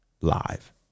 live